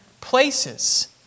places